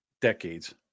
decades